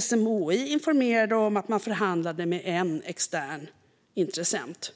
SMHI informerade om att man förhandlade med en extern intressent.